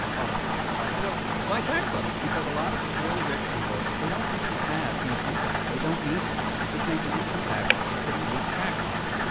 all that stuff. tigers so why tax wealth? because a lot of really rich people they don't actually have huge incomes they don't need them which makes an income tax a pretty weak tax on them.